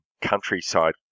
countryside